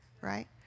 right